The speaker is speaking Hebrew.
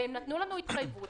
הן נתנו לנו התחייבות,